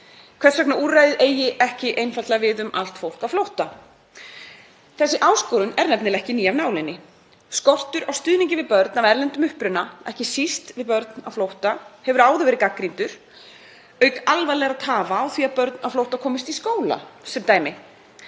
hvers vegna úrræðið eigi ekki einfaldlega við um allt fólk á flótta. Þessi áskorun er nefnilega ekki ný af nálinni. Skortur á stuðningi við börn af erlendum uppruna, ekki síst við börn á flótta, hefur áður verið gagnrýndur auk alvarlegra tafa á því að börn á flótta komist í skóla sem dæmi.